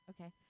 okay